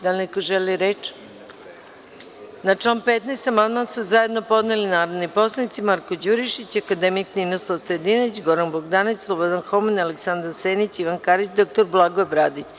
Da li neko želi reč? (Ne) Na član 15. amandman su zajedno podneli narodni poslanici Marko Đurišić, akademik Ninoslav Stojadinović, Goran Bogdanović, Slobodan Homen, Aleksandar Senić, Ivan Karić i dr Blagoje Bradić.